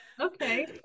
okay